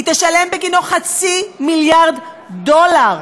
היא תשלם בגינו חצי מיליארד דולר